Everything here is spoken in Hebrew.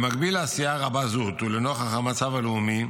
במקביל לעשייה רבה זו ולנוכח המצב הלאומי,